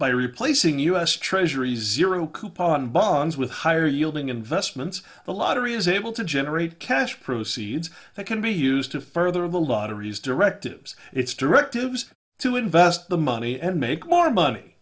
by replacing u s treasury zero coupon bonds with higher yielding investments the lottery is able to generate cash proceeds that can be used to further the lot of used directives its directives to invest the money and make more money